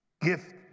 gift